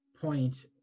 point